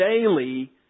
daily